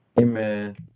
Amen